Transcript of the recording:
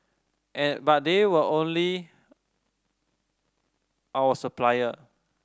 at but they were only our supplier